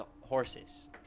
horses